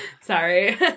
Sorry